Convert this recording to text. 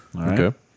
Okay